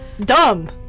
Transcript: dumb